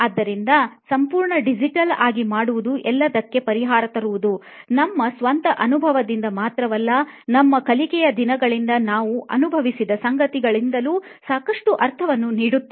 ಆದ್ದರಿಂದ ಸಂಪೂರ್ಣ ಡಿಜಿಟಲ್ ಆಗಿ ಮಾಡುವುದು ಎಲ್ಲದಕ್ಕೆ ಪರಿಹಾರ ತರುವುದು ನಮ್ಮ ಸ್ವಂತ ಅನುಭವದಿಂದ ಮಾತ್ರವಲ್ಲ ನಮ್ಮ ಕಲಿಕೆಯ ದಿನಗಳಿಂದ ನಾವು ಅನುಭವಿಸಿದ ಸಂಗತಿಗಳಿಂದಲೂ ಸಾಕಷ್ಟು ಅರ್ಥವನ್ನು ನೀಡುತ್ತದೆ